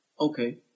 Okay